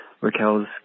Raquel's